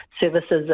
services